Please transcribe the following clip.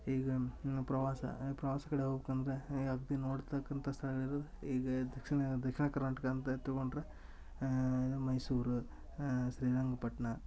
ಈಗ ಪ್ರವಾಸ ಪ್ರವಾಸ ಕಡೆ ಹೋಗ್ಬಕಂದ್ರ ಈಗ ಅಗ್ದಿ ನೋಡ್ತಕ್ಕಂಥ ಸ್ಥಳಗಳಿರುದ್ ಈಗ ದಕ್ಷಿಣ ದಕ್ಷಿಣ ಕರ್ನಾಟಕ ಅಂತ ತಗೊಂಡ್ರ ಮೈಸೂರು ಶ್ರೀರಂಗಪಟ್ಟಣ